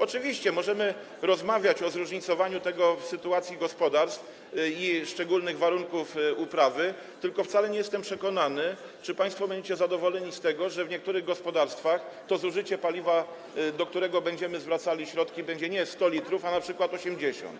Oczywiście możemy rozmawiać o zróżnicowaniu tego w odniesieniu do sytuacji gospodarstw i szczególnych warunków uprawy, tylko wcale nie jestem przekonany, czy państwo będziecie zadowoleni z tego, że w niektórych gospodarstwach to zużycie paliwa, co do którego będziemy zwracali środki, będzie wynosić nie 100 l, ale np. 80,